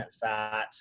fat